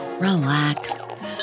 relax